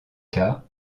cas